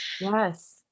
Yes